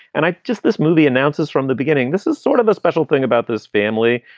and i just this movie announces from the beginning, this is sort of a special thing about this family,